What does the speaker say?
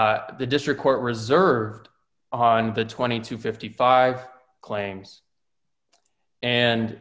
to the district court reserved on the twenty to fifty five claims and